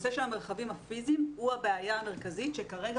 הנושא של המרחבים הפיזיים הוא הבעיה המרכזית שכרגע